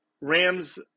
Rams